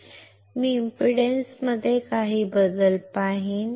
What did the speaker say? मी impedance मध्ये काही बदल पाहीन